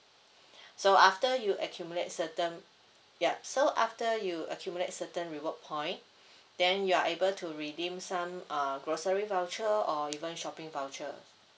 so after you accumulate certain yup so after you accumulate certain reward point then you are able to redeem some uh grocery voucher or even shopping voucher